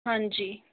हाँ जी